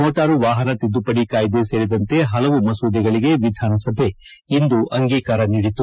motor ವಾಹನ ತಿದ್ದುಪಡಿ ಕಾಯ್ದೆ ಸೇರಿದಂತೆ ಹಲವು ಮಸೂದೆಗಳಿಗೆ ವಿಧಾನಸಭೆ ಇಂದು ಅಂಗೀಕಾರ ನೀಡಿತು